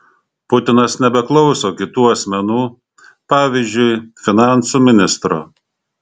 putinas nebeklauso kitų asmenų pavyzdžiui finansų ministro